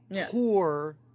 poor